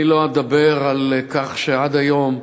אני לא אדבר על כך שעד היום,